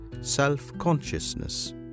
self-consciousness